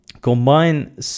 Combine